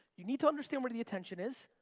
you need to understand where the attention is.